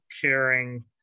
caring